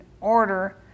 order